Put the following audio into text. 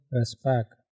respect